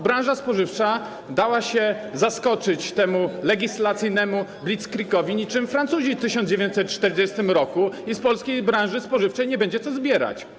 Branża spożywcza dała się zaskoczyć temu legislacyjnemu blitzkreigowi niczym Francuzi w 1940 r. i z polskiej branży spożywczej nie będzie co zbierać.